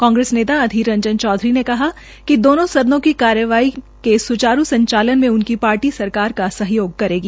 कांग्रेस नेता अधीर रंजन चौधरी ने कहा कि दोनों सदनों की कार्यवाही के सुचारू संचालन में उनकी पार्टी सरकार के साथ सहयोग करेगी